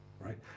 right